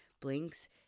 blinks